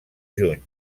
juny